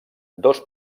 dos